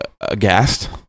aghast